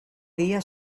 dia